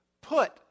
put